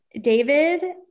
David